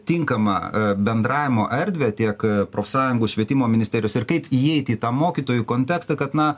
tinkamą bendravimo erdvę tiek profsąjungų švietimo ministerijos ir kaip įeiti į tą mokytojų kontekstą kad na